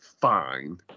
fine